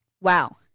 Wow